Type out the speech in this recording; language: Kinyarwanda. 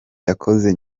yakoze